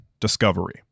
Discovery